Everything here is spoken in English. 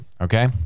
okay